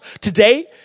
today